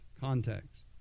context